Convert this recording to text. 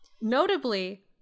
notably